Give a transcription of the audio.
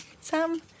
Sam